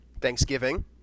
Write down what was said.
Thanksgiving